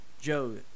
Joe